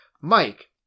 Mike